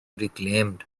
reclaimed